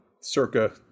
circa